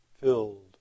filled